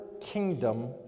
kingdom